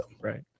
right